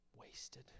wasted